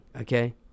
okay